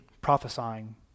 prophesying